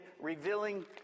revealing